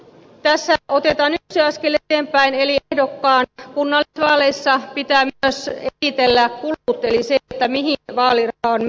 tässä otetaan yksi askel eteenpäin eli ehdokkaan kunnallisvaaleissa pitää myös eritellä kulut eli se mihin vaaliraha on mennyt